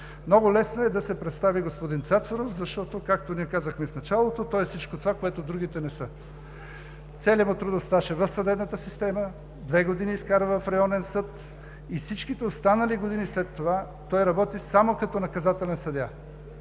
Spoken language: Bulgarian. Много е лесно да се представи господин Цацаров, защото, както ние казахме в началото, той е всичко това, което другите не са. Целият му трудов стаж е в съдебната система, две години изкара в районен съд и всичките останали години след това той работи само като наказателен съдия.